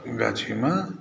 गाछीमे